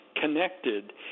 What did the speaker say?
connected